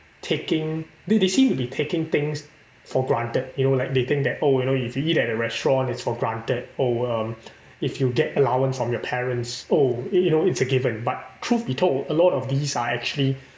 taking they they seem to be taking things for granted you know like they think that oh you know if you eat at a restaurant it's for granted oh um if you get allowance from your parents oh you know it's a given but truth be told a lot of these are actually